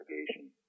investigation